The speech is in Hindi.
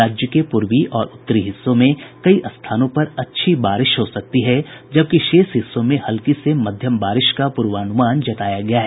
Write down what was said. राज्य के पूर्वी और उत्तरी हिस्सों में कई स्थानों पर अच्छी बारिश हो सकती है जबकि शेष हिस्सों में हल्की से मध्यम बारिश का पूर्वानुमान जताया गया है